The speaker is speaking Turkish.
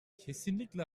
kesinlikle